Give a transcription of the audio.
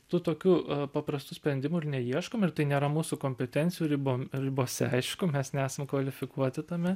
tų tokių paprastų sprendimų ir neieškom ir tai nėra mūsų kompetencijų ribom ribose aišku mes nesam kvalifikuoti tame